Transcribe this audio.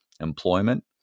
employment